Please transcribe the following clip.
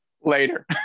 Later